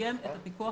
שתקיים את הפיקוח